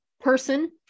person